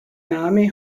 name